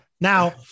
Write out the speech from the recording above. Now